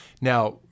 Now